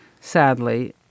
sadly